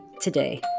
today